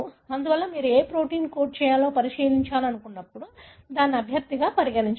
అందువల్ల మీరు ఏ ప్రొటీన్ని కోడ్ చేయాలో పరిశీలించాలనుకున్నప్పుడు దానిని అభ్యర్థిగా పరిగణించండి